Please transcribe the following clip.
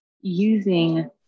using